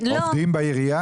אבל עובדים בעירייה